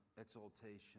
exaltation